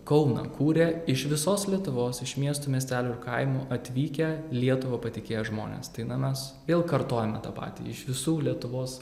kauną kūrė iš visos lietuvos iš miestų miestelių ir kaimų atvykę lietuva patikėję žmonės tai na mes vėl kartojame tą patį iš visų lietuvos